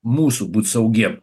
mūsų būt saugiem